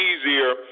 easier